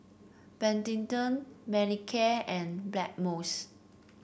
Betadine Manicare and Blackmores